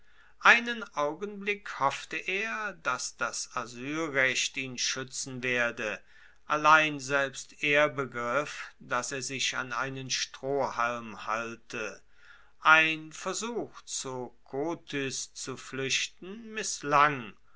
einen augenblick hoffte er dass das asylrecht ihn schuetzen werde allein selbst er begriff dass er sich an einen strohhalm halte ein versuch zu kotys zu fluechten misslang